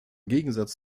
gegensatz